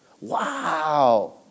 Wow